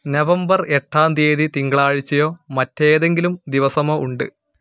November എട്ടാം തീയതി തിങ്കളാഴ്ചയോ മറ്റേതെങ്കിലും ദിവസമോ ഉണ്ട്